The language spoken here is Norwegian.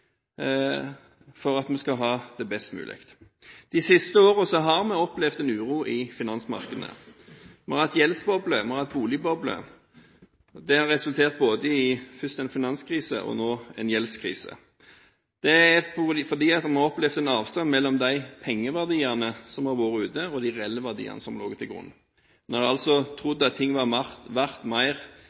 for at vi skal ha det best mulig. De siste årene har vi opplevd uro i finansmarkedene. Vi har hatt gjeldsboble, og vi har hatt boligboble. Det resulterte først i en finanskrise og nå i en gjeldskrise. Det er trolig fordi vi har opplevd en avstand mellom de pengeverdiene som har vært ute, og de reelle verdiene som har ligget til grunn. Man har altså trodd at ting var verdt mer